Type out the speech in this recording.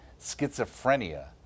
schizophrenia